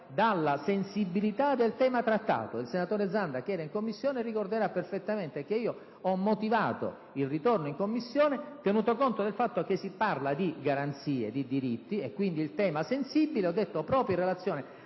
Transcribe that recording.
dalla sensibilità del tema trattato. Il senatore Zanda ricorderà perfettamente che ho motivato il ritorno in Commissione tenendo conto del fatto che si parla di garanzie e di diritti, quindi di un tema sensibile. Quindi, proprio in relazione